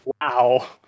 wow